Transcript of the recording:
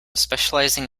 specialising